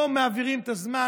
לא מעבירים את הזמן.